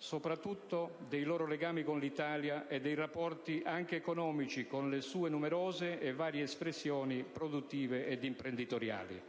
soprattutto dei loro legami con l'Italia e dei rapporti, anche economici, con le sue numerose e varie espressioni produttive ed imprenditoriali.